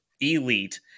elite